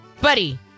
Buddy